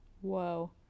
Whoa